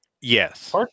yes